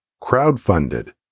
crowd-funded